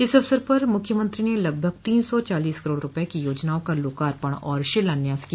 इस अवसर पर मुख्यमंत्री ने लगभग तीन सौ चालीस करोड़ रूपये की योजनाओं का लोकार्पण और शिलान्यास किया